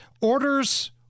orders